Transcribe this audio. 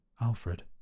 Alfred